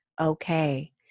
okay